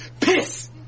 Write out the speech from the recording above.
piss